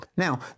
Now